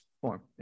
form